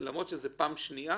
למרות שזו פעם שנייה,